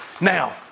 Now